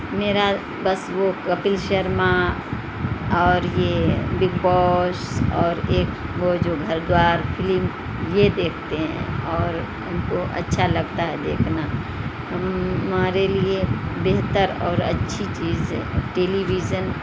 میرا بس وہ کپل شرما اور یہ بگ باس اور ایک وہ جو گھر دوار پھلم یہ دیکھتے ہیں اور ہم کو اچھا لگتا ہے دیکھنا ہمارے لیے بہتر اور اچھی چیز ہے ٹیلیویژن